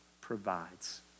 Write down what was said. provides